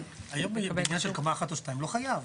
היום בעניין של קומה אחת או שתיים הוא לא חייב.